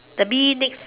the bee next